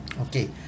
okay